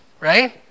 Right